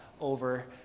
over